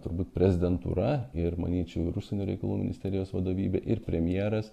turbūt prezidentūra ir manyčiau ir užsienio reikalų ministerijos vadovybė ir premjeras